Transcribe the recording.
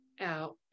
out